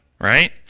right